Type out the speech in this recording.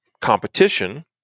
competition